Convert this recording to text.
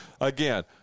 Again